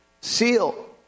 seal